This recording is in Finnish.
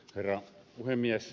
herra puhemies